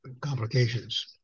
Complications